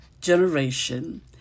generation